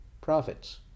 profits